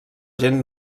gent